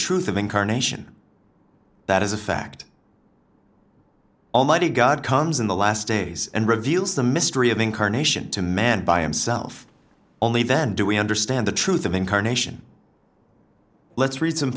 truth of incarnation that is a fact almighty god comes in the last days and reveals the mystery of incarnation to man by himself only then do we understand the truth of incarnation let's read some